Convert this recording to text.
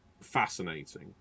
fascinating